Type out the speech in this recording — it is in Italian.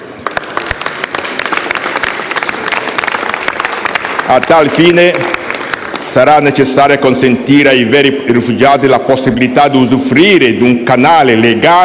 A tal fine sarà necessario consentire ai veri rifugiati la possibilità di usufruire di un canale legale